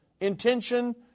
intention